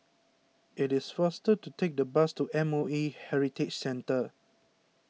it is faster to take the bus to M O A Heritage Centre